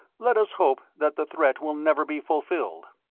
let us hope that the threat will never be fulfilled.